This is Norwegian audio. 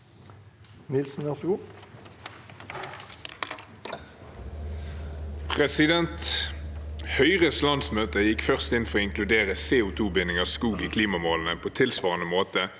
«Høyres landsmøte gikk først inn for å inkludere CO2-binding av skog i klimamålene på tilsvarende måte